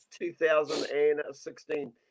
2016